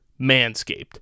Manscaped